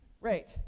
Right